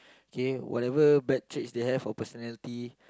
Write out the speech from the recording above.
okay whatever bad traits they have or personality